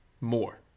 more